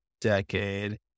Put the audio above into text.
decade